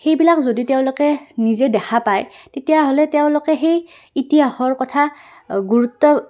সেইবিলাক যদি তেওঁলোকে নিজে দেখা পায় তেতিয়াহ'লে তেওঁলোকে সেই ইতিহাসৰ কথা গুৰুত্ব